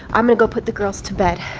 i'm going go put the girls to bed.